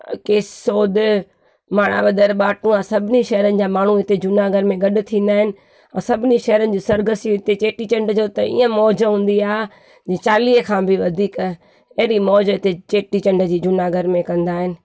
केसोद माणावदर ॿाटुआ सभिनी शहरनि जा माण्हू उते जूनागढ़ में गॾु थींदा आहिनि सभिनी शहरनि जूं सरगसियूं हिते चेटीचंड जो त ईअं मौज हूंदी आहे चालीहे खां बी वधीक एॾी मौज हिते चेटीचंड जी जूनागढ़ में कंदा आहिनि